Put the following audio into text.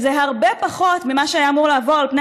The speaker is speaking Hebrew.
שזה הרבה פחות ממה שהיה אמור לעבור על פני